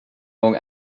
gång